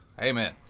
Amen